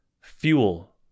fuel